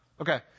Okay